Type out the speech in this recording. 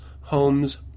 homes